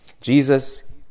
Jesus